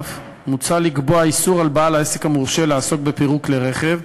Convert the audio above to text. נוסף על כך מוצע לקבוע איסור על בעל עסק המורשה לעסוק בפירוק כלי רכב,